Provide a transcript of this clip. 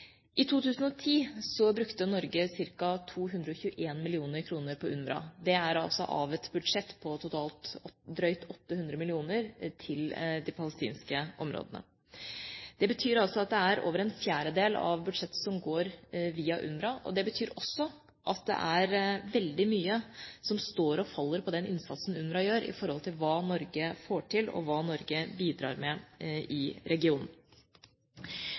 I 2010 brukte Norge ca. 221 mill. kr på UNRWA, av et budsjett på drøyt 800 mill. kr til de palestinske områdene. Det betyr altså at det er over en fjerdedel av budsjettet som går via UNRWA, og det betyr også at det er veldig mye som står og faller på den innsatsen UNRWA gjør i forhold til hva Norge får til å bidra med i regionen.